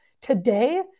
today